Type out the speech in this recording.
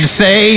say